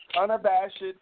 unabashed